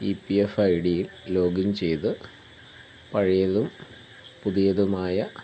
E P F I D യിൽ login ചെയ്ത് പഴയതും പുതിയതുമായ